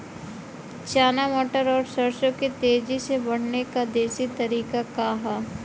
चना मटर और सरसों के तेजी से बढ़ने क देशी तरीका का ह?